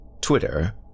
twitter